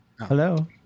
Hello